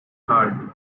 hard